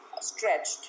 stretched